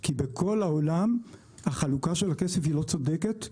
כי בכל העולם החלוקה של הכסף היא לא צודקת,